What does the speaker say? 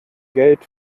geld